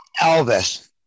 Elvis